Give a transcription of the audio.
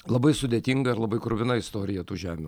labai sudėtinga ir labai kruvina istorija tų žemių